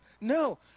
No